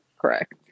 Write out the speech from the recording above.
correct